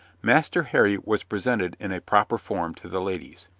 master harry was presented in a proper form to the ladies.